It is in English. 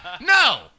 No